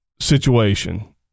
situation